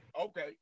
Okay